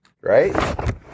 right